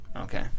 Okay